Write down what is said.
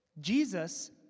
Jesus